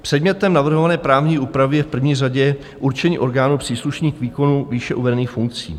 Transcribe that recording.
Předmětem navrhované právní úpravy je v první řadě určení orgánů příslušných k výkonu výše uvedených funkcí.